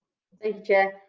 thank you, chair.